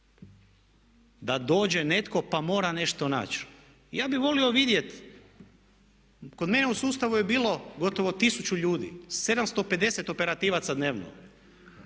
da dođe netko pa mora nešto naći. Ja bih volio vidjeti, kod mene u sustavu je bilo gotovo 1000 ljudi, 750 operativaca dnevno.